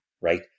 right